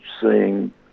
seeing